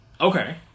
Okay